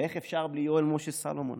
ואיך אפשר בלי יואל משה סלומון,